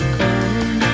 come